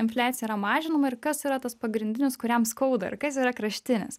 infliacija yra mažinama ir kas yra tas pagrindinis kuriam skauda ir kas yra kraštinis